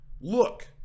Look